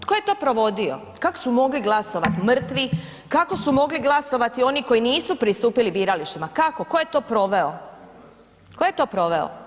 Tko je to provodio, kak su mogli glaovat mrtvi, kako su mogli glasovat oni koji nisu pristupili biralištima, kako, ko je to proveo, ko je to proveo?